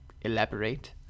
elaborate